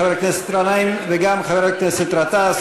חבר הכנסת גנאים וגם חבר הכנסת גטאס.